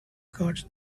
cards